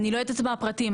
אני לא יודעת מה הפרטים ,